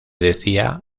decía